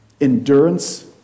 endurance